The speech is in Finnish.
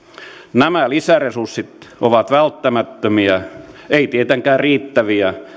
nämä lisäresurssit ovat välttämättömiä eivät tietenkään riittäviä